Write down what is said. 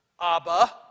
Abba